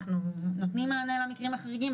אנחנו נותנים מענה למקרים החריגים.